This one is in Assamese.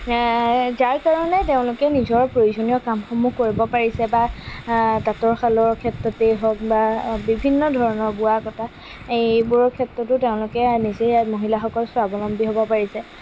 যাৰ কাৰণে তেওঁলোকে নিজৰ প্ৰয়োজনীয় কামসমূহ কৰিব পাৰিছে বা তাঁতৰ শালৰ ক্ষেত্ৰতেই হওক বা বিভিন্ন ধৰণৰ বোৱা কটা এইবোৰৰ ক্ষেত্ৰতো তেওঁলোকে নিজেই মহিলাসকল স্বাৱলম্বী হ'ব পাৰিছে